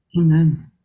Amen